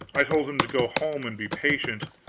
i told him to go home and be patient,